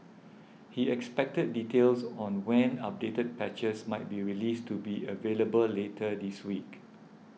he expected details on when updated patches might be released to be available later this week